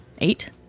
Eight